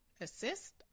Assist